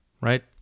right